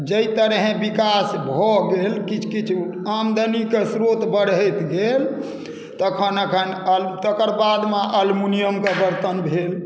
जाहि तरहेँ विकास भऽ गेल किछु किछु आमदनीके स्रोत बढ़ैत गेल तखन एखन तकर बादमे अलमुनियमके बरतन भेल